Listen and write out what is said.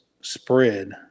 spread